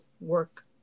work